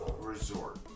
resort